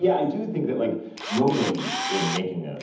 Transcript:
yeah i do think that like nobody in making,